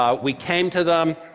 um we came to them.